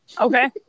okay